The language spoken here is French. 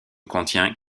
contient